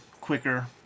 quicker